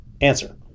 Answer